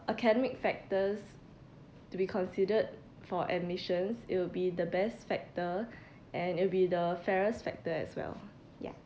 academic factors to be considered for admissions it will be the best factor and it'll be the fairest factor as well ya